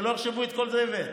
שלא יחשבו שאת כל זה הבאת,